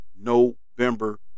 November